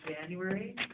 January